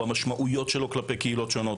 במשמעויות שלו כלפי קהילות שונות,